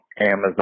Amazon